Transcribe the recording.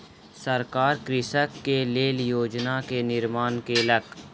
सरकार कृषक के लेल योजना के निर्माण केलक